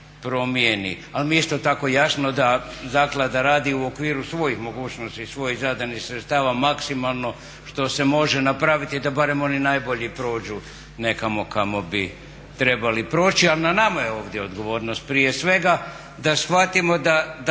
ali mi je isto tako jasno da zaklada radi u okviru svojih mogućnosti i svojih zadanih sredstava maksimalno što se može napraviti, da barem oni najbolji prođu nekamo kamo bi trebali proći. Ali na nama je ovdje odgovornost prije svega da shvatimo da